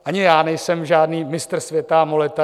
Ani já nejsem žádný mistr světa amoleta.